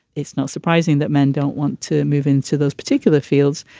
it's not surprising that men don't want to move into those particular fields.